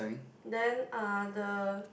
then uh the